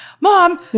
mom